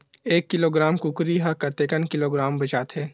एक किलोग्राम कुकरी ह कतेक किलोग्राम म बेचाथे?